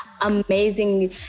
amazing